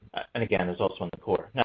and again, it's also in the core. now,